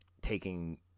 taking